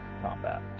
combat